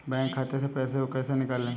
Bank खाते से पैसे को कैसे निकालें?